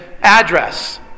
address